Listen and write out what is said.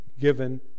given